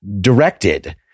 directed